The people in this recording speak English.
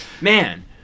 Man